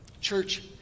church